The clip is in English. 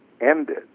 ended